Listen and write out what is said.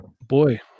boy